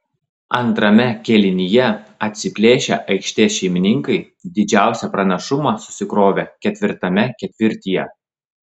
antrame kėlinyje atsiplėšę aikštės šeimininkai didžiausią pranašumą susikrovė ketvirtame ketvirtyje